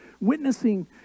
Witnessing